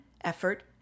effort